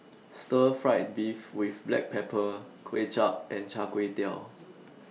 Stir Fried Beef with Black Pepper Kuay Chap and Char Kway Teow